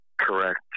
correct